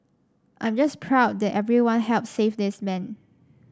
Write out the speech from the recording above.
I'm just proud that everyone helped save this man